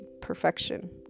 perfection